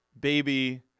baby